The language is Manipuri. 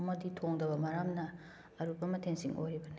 ꯑꯃꯗꯤ ꯊꯣꯡꯗꯕ ꯃꯔꯝꯅ ꯑꯔꯨꯕ ꯃꯊꯦꯟꯁꯤꯡ ꯑꯣꯏꯔꯤꯕꯅꯤ